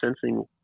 sensing